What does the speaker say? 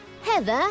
Heather